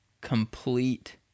complete